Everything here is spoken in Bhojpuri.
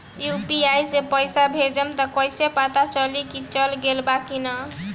यू.पी.आई से पइसा भेजम त कइसे पता चलि की चल गेल बा की न?